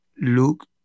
look